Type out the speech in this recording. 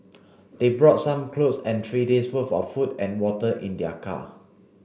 they brought some clothes and three days worth of food and water in their car